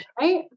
right